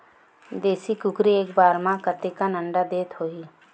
देशी कुकरी एक बार म कतेकन अंडा देत होही?